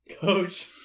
Coach